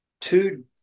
two